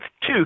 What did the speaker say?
two